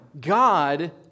God